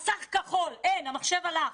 מסך כחול, המחשב הלך.